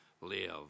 live